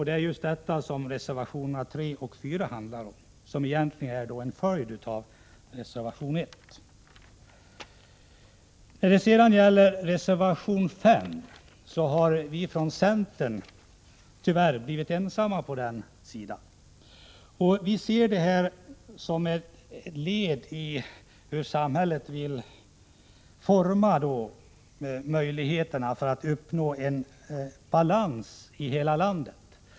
Det är detta som reservationerna 3 och 4 — som egentligen är en följd av reservation 1 — handlar om. När det sedan gäller reservation 5 har vi från centern tyvärr blivit ensamma = Nr 128 om den. Det handlar om hur samhället vill forma möjligheterna för att uppnå Torsdagen den en balans i hela landet.